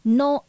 no